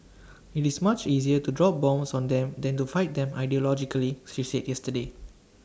IT is much easier to drop bombs on them than to fight them ideologically she said yesterday